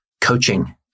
coaching